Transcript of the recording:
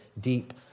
deep